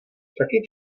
taky